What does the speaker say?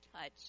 touch